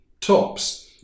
tops